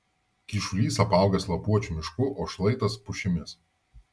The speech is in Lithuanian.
kyšulys apaugęs lapuočių mišku o šlaitas pušimis